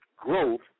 growth